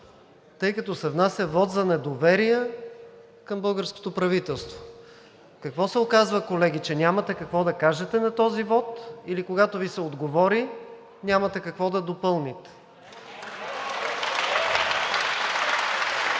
тъй като се внася вот за недоверие към българското правителство. Какво се оказва, колеги – че нямате какво да кажете на този вот или когато Ви се отговори, няма какво да допълните? (Възгласи